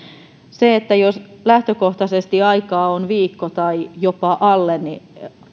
se että lähtökohtaisesti aikaa on viikko tai jopa alle